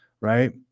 right